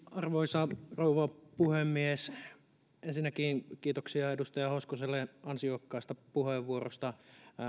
arvoisa rouva puhemies ensinnäkin kiitoksia edustaja hoskoselle ansiokkaasta puheenvuorosta